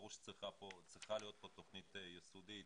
ברור שצריכה להיות פה תוכנית יסודית,